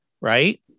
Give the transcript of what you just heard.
Right